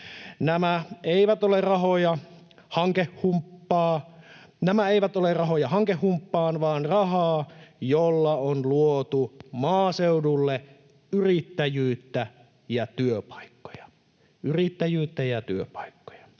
Nämä eivät ole rahoja hankehumppaan vaan rahaa, jolla on luotu maaseudulle yrittäjyyttä ja työpaikkoja — yrittäjyyttä ja työpaikkoja.